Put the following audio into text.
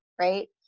Right